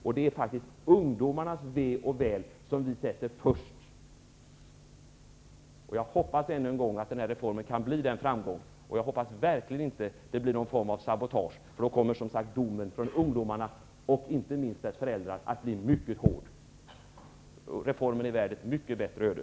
Och det är faktiskt ungdomarnas väl och ve som vi sätter främst. Jag hoppas än en gång att denna reform kan bli en framgång, och jag hoppas verkligen inte att det blir någon form av sabotage. Då kommer, som sagt, domen från ungdomarna och inte minst från deras föräldrar att bli mycket hård. Reformen är värd ett mycket bättre öde.